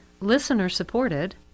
listener-supported